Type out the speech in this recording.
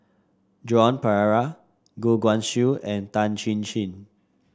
Joan Pereira Goh Guan Siew and Tan Chin Chin